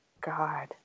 God